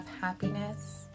happiness